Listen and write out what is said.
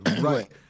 right